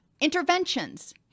Interventions